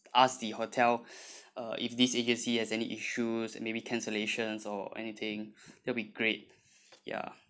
ask the hotel uh if this agency has any issue maybe cancellation or anything that will be great ya